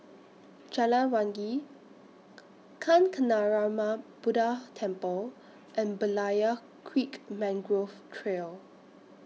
Jalan Wangi Kancanarama Buddha Temple and Berlayer Creek Mangrove Trail